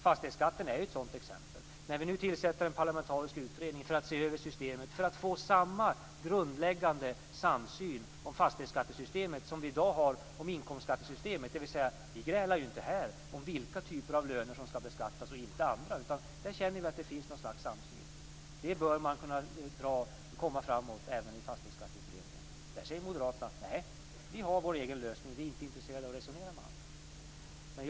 Fastighetsskatten är ett exempel på detta. Nu tillsätter vi en parlamentarisk utredning för att se över systemet och få samma grundläggande samsyn om fastighetsskattesystemet som vi i dag har kring inkomstskattesystemet. Vi grälar ju inte här om vilka typer av löner som skall beskattas och vilka som inte skall beskattas. Där känner vi att det finns något slags samsyn. Det bör man kunna komma fram till även i Fastighetsskatteutredning. Men Moderaterna säger nej. De har sin egen lösning och är inte intresserade av att resonera med andra.